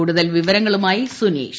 കൂടുതൽ വിവരങ്ങളുമായി സുനീഷ്